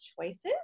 choices